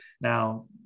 Now